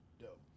Dope